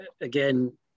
again